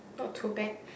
not too bad